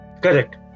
correct